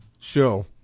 show